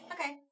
Okay